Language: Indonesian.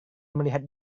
melihat